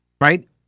right